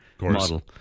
model